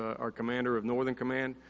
our commander of northern command,